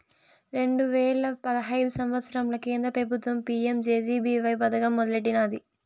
రెండు వేల పదహైదు సంవత్సరంల కేంద్ర పెబుత్వం పీ.యం జె.జె.బీ.వై పదకం మొదలెట్టినాది